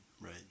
Right